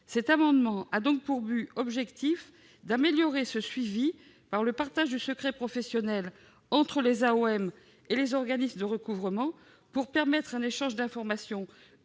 Cet amendement a pour objet d'améliorer ce suivi par le partage du secret professionnel entre AOM et organismes de recouvrement, pour permettre un échange d'informations